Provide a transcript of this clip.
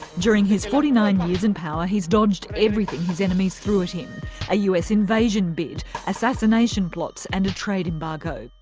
during his forty nine years in power he's dodged everything his enemies threw at him a us invasion bid assassination plots and a trade embargo.